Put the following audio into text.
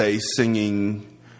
singing